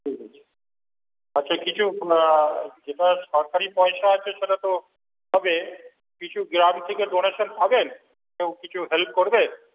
ঠিক আছে আচ্ছা কিছু যেটা সরকারি পয়সা আছে সেটা তো হবে কিছু গ্রাম থেকে ডোনেশন পাবেন কেউ কিছু হেল্প করবে